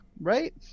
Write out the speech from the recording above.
right